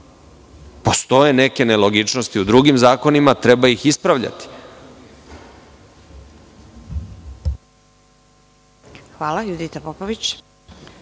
Postoje neke nelogičnosti u drugim zakonima i treba ih ispravljati.